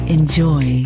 Enjoy